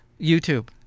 YouTube